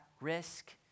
risk